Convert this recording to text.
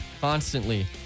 constantly